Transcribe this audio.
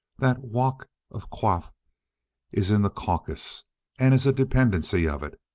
that waq of qaf is in the caucasus and is a dependency of it.